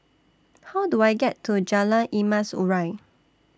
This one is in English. How Do I get to Jalan Emas Urai